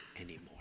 anymore